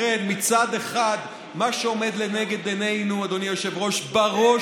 שכן מצד אחד מה שעומד לנגד עינינו בראש ובראשונה,